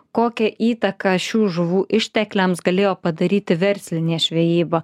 kokią įtaką šių žuvų ištekliams galėjo padaryti verslinė žvejyba